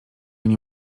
nie